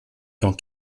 dans